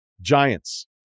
Giants